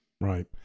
Right